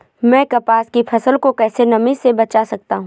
मैं कपास की फसल को कैसे नमी से बचा सकता हूँ?